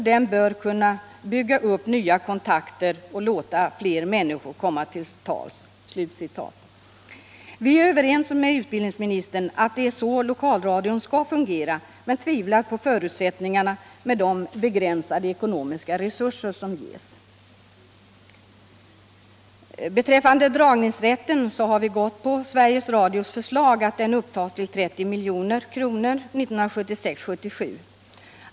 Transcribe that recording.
Den bör kunna bygga upp nya kontakter och låta fler människor komma till tals.” Vi är överens med utbildningsministern om att det är så lokalradion skall fungera men tvivlar på förutsättningarna med de begränsade ekonomiska resurser som finns. Beträffande dragningsrätten har vi gått på Sveriges Radios förslag att den upptas till 30 milj.kr. 1976/77.